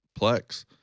Plex